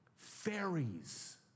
Fairies